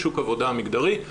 שוק עבודה מגדרי,